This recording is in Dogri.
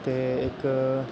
ते इक